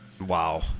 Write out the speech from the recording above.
wow